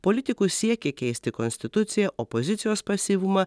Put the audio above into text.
politikų siekį keisti konstituciją opozicijos pasyvumą